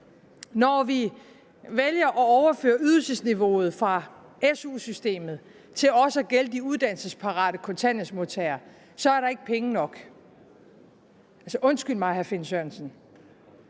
når vi vælger at overføre ydelsesniveauet fra SU-systemet til også at gælde de uddannelsesparate kontanthjælpsmodtagere, så er der ikke penge nok. Undskyld mig, vil jeg